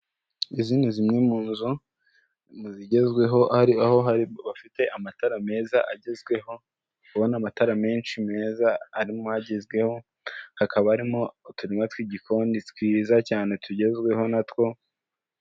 Izi ni zimwe mu nzu, mu zigezweho ari aho bafite amatara meza agezweho, ndi kubona amatara menshi meza arimo agezweho, hakaba arimo uturima tw'igikoni twiza cyane tugezweho natwo.